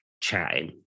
chatting